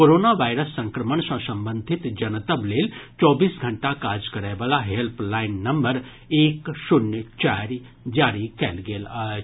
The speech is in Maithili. कोरोना वायरस संक्रमण सँ संबंधित जनतब लेल चौबीस घंटा काज करयवला हेल्पलाइन नम्बर एक शून्य चारि जारी कयल गेल अछि